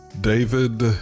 David